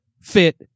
fit